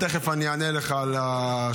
תכף אני אענה לך על השאלה,